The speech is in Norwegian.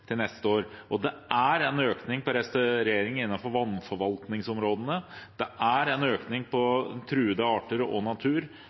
til neste år. Det er en økning på restaurering innenfor vannforvaltningsområdene. Det er en økning for truede arter og natur: